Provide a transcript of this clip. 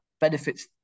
benefits